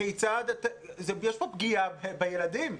יש פה פגיעה בילדים,